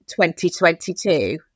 2022